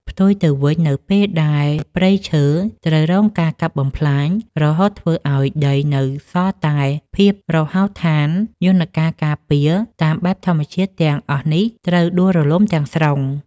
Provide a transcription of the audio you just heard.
ផ្ទុយទៅវិញ នៅពេលដែលព្រៃឈើត្រូវរងការកាប់បំផ្លាញ រហូតធ្វើឱ្យដីនៅសល់តែភាពរហោឋាន យន្តការការពារតាមបែបធម្មជាតិទាំងអស់នេះត្រូវដួលរលំទាំងស្រុង។